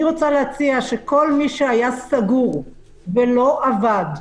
אני רוצה להציע שכל מי שהיה סגור ולא עבד,